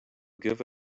give